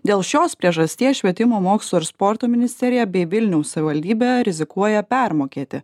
dėl šios priežasties švietimo mokslo ir sporto ministerija bei vilniaus savivaldybė rizikuoja permokėti